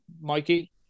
Mikey